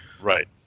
Right